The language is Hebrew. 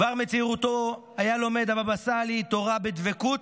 כבר מצעירותו הבבא סאלי היה לומד תורה בדבקות,